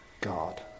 God